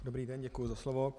Dobrý den, děkuji za slovo.